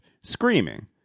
screaming